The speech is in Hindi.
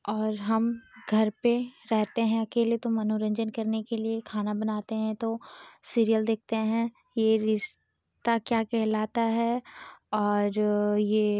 और हम घर पर रहते हैं अकेले तो मनोरंजन करने के लिए खाना बनाते हैं तो सीरियल देखते हैं ये रिश्ता क्या कहलाता है और यह